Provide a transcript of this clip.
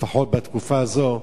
לפחות בתקופה הזאת,